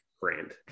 brand